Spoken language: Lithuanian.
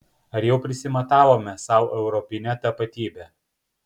ar jau prisimatavome sau europinę tapatybę